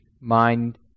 mind